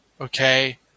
okay